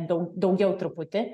daug daugiau truputį